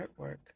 artwork